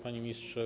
Panie Ministrze!